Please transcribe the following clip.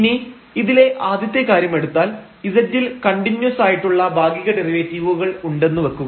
ഇനി ഇതിലെ ആദ്യത്തെ കാര്യമെടുത്താൽ z ൽ കണ്ടിന്യൂസ് ആയിട്ടുള്ള ഭാഗിക ഡെറിവേറ്റീവുകൾ ഉണ്ടെന്നു വെക്കുക